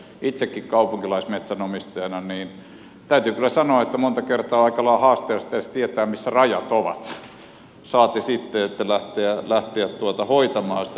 itsekin kaupunkilaismetsänomistajana täytyy kyllä sanoa että monta kertaa on aika lailla haasteellista edes tietää missä rajat ovat saati sitten lähteä hoitamaan sitä metsäjuttua